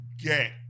get